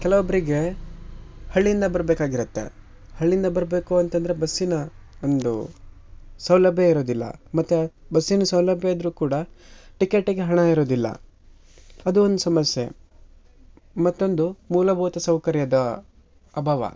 ಕೆಲವೊಬ್ಬರಿಗೆ ಹಳ್ಳಿಯಿಂದ ಬರಬೇಕಾಗಿರತ್ತೆ ಹಳ್ಳಿಯಿಂದ ಬರಬೇಕು ಅಂತಂದರೆ ಬಸ್ಸಿನ ಒಂದು ಸೌಲಭ್ಯ ಇರೋದಿಲ್ಲ ಮತ್ತು ಬಸ್ಸಿನ ಸೌಲಭ್ಯ ಇದ್ದರೂ ಕೂಡ ಟಿಕೆಟಿಗೆ ಹಣ ಇರೋದಿಲ್ಲ ಅದು ಒಂದು ಸಮಸ್ಯೆ ಮತ್ತೊಂದು ಮೂಲಭೂತ ಸೌಕರ್ಯದ ಅಭಾವ